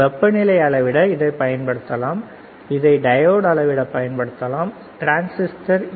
வெப்பநிலையை அளவிட இது பயன்படுத்தப்படலாம் இதை டையோடை அளவிட பயன்படுத்தப்படலாம் இதை டிரான்சிஸ்டர் என்